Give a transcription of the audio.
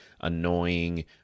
annoying